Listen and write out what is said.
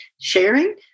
Sharing